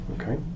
okay